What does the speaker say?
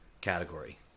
category